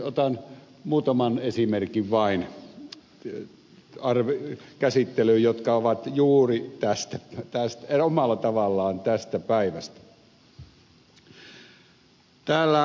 otan vain käsittelyyn muutaman esimerkin jotka ovat juuri omalla tavallaan tästä päivästä